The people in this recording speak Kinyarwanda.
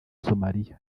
somalia